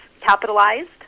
capitalized